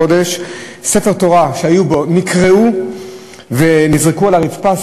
ספרי תורה שהיו בו נקרעו ונזרקו על הרצפה.